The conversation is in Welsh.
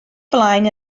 flaen